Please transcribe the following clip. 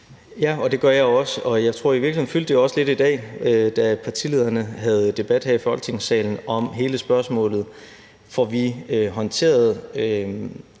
Det gør jeg også. Jeg tror i virkeligheden, at det også fyldte lidt i dag, da partilederne havde debat her i Folketingssalen om hele spørgsmålet: Får vi håndteret